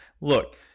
Look